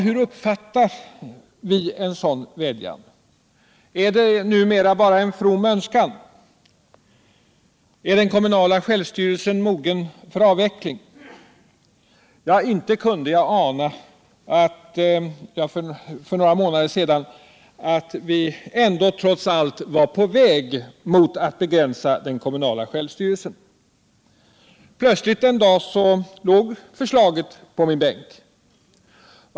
Hur uppfattar vi en sådan vädjan? Är det numera bara en from önskan? Är den kommunala självstyrelsen mogen för avveckling? Ja, inte kunde jag för några månader sedan ana att vi trots allt var på väg mot att begränsa den kommunala självstyrelsen. Plötsligt en dag låg förslaget på min bänk.